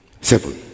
Seven